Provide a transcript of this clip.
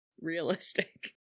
realistic